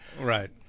Right